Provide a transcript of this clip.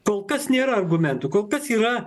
kol kas nėra argumentų kol kas yra